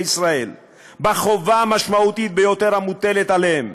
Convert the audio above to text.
ישראל בחובה המשמעותית ביותר המוטלת עליהם,